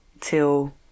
till